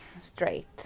straight